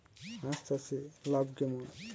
হাঁস চাষে লাভ কেমন?